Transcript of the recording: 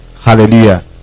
Hallelujah